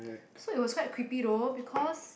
so it was quite creepy though because